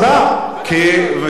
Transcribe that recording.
כי משרד הפנים,